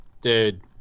Dude